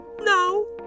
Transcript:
No